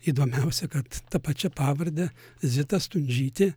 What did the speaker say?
įdomiausia kad ta pačia pavarde zita stundžytė